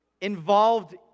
Involved